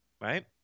right